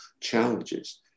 challenges